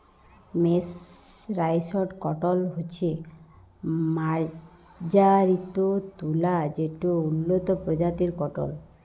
mercerised cotton হছে মাজ্জারিত তুলা যেট উল্লত পরজাতির কটল